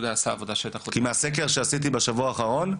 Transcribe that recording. מהסקר שעשיתי בשבוע האחרון,